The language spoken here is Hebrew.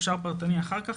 אפשר פרטני אחר כך,